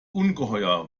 ungeheuer